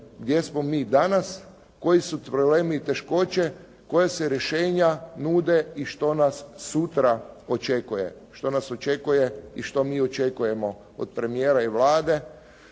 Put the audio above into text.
gdje smo mi danas, koji su problemi i teškoće, koja se rješenja nude i što nas sutra očekuje. Što nas očekuje i što mi očekujemo od premijera i Vlade.